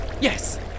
Yes